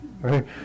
right